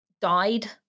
died